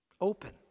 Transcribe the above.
open